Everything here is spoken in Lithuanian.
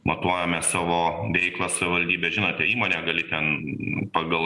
matuojame savo veiklą savivaldybė žinote įmonę gali ten pagal